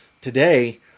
today